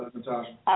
Natasha